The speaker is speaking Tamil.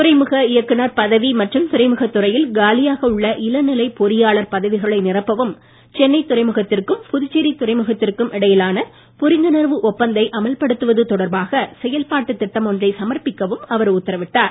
துறைமுக இயக்குநர் பதவி மற்றும் துறைமுகத் துறையில் காலியாக உள்ள இளநிலை பொறியாளர் பதவிகளை நிரப்பவும் சென்னை துறைமுகத்திற்கும் புதுச்சேரி துறைமுகத்திற்கும் இடையிலான புரிந்துணர்வு அமல்படுத்துவது தொடர்பாக செயல்பாட்டுத் திட்டம் ஒன்றை சமர்ப்பிக்கவும் அவர் உத்தரவிட்டார்